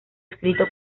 escrito